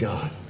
God